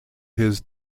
his